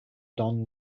don